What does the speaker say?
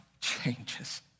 changes